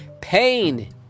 pain